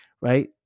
right